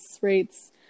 rates